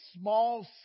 small